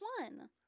one